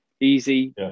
Easy